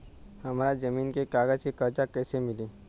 हमरा जमीन के कागज से कर्जा कैसे मिली?